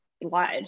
blood